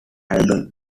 album